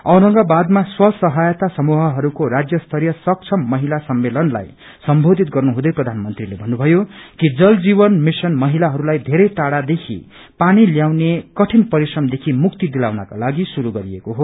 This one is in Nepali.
औरंगावादमा स्व सहायता समूहरूको राज्य स्तरीय सक्षम महिला सम्मेलनलाई सम्बोधित गर्नुहुँदै प्रधानमंत्रीले भन्नुभयो कि जल जीवन मिशन महिलाहरूलाई धेरै टाड़ादेखि पानी ल्याउने कठिन परिश्रमदेखि मुक्ति दिलाउनका लागि शुरू गरिएको हो